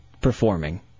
performing